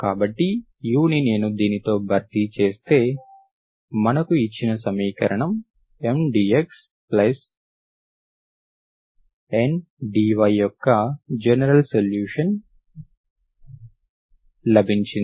కాబట్టి u ను నేను దీనితో భర్తీ చేస్తే మనకు ఇచ్చిన సమీకరణం M dxN dy యొక్క జనరల్ సొల్యూషన్ లభించింది